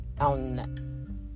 on